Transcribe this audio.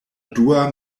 dua